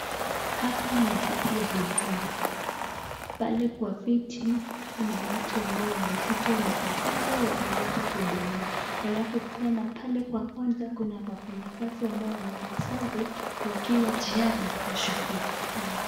Hapa ni ofisi ya huduma, pale kwa viti kuna watu amabo wamekuja wamekaa pale wakingoja kuhudumiwa. Halafu pia na pale kwa couter , kuna wafanyakazi ambao wamevaa sare, wakiwa tiyari kuwahudumia watu.